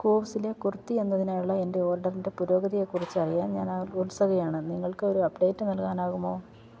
കൂവ്സ്സിലെ കുർത്തി എന്നതിനായുള്ള എൻ്റെ ഓർഡറിൻ്റെ പുരോഗതിയെക്കുറിച്ചറിയാൻ ഞാനാണ് ഉത്സുകയാണ് നിങ്ങൾക്കൊരു അപ്ഡേറ്റ് നൽകാനാകുമോ